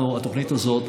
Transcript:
התוכנית הזאת,